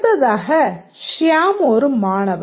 அடுத்ததாக ஷியாம் ஒரு மாணவர்